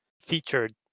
featured